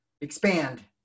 expand